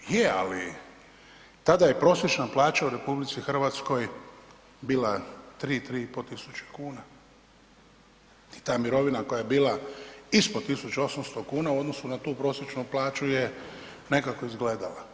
Je, ali tada je prosječna plaća u RH bila 3.000, 3.500 kuna i ta mirovina koja je bila ispod 1.800 kuna u odnosu na tu prosječnu plaću je nekako izgledala.